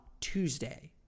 Tuesday